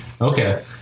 Okay